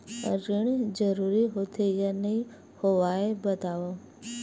ऋण जरूरी होथे या नहीं होवाए बतावव?